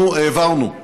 אנחנו העברנו,